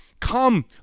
Come